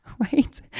right